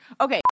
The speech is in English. Okay